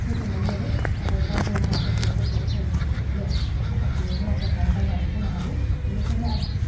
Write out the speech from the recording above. गोजोननाय मोनो आरो नांगौ मुवाफोरखौ गथ' गथायनो माखासे मुवाफोरखो आं बायनानै होनो हायो बिनिखायनो आं